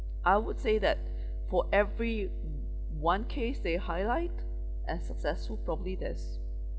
I would say that for every o~ one case they highlight as successful probably there's